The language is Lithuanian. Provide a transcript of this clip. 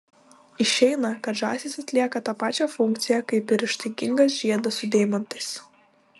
išeina kad žąsys atlieka tą pačią funkciją kaip ir ištaigingas žiedas su deimantais